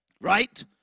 Right